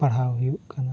ᱯᱟᱲᱦᱟᱣ ᱦᱩᱭᱩᱜ ᱠᱟᱱᱟ